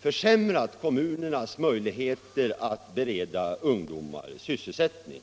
försämrat kommunernas möjligheter att bereda ungdomar sysselsättning.